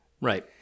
right